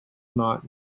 not